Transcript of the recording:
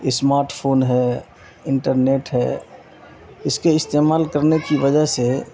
smart phone ہے internet ہے اس کے استعمال کرنے کی وجہ سے